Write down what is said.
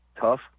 tough